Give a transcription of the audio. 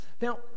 Now